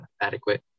adequate